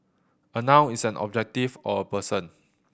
a noun is an objective or a person